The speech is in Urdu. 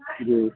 جی